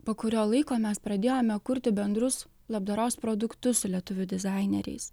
po kurio laiko mes pradėjome kurti bendrus labdaros produktus su lietuvių dizaineriais